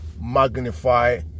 magnify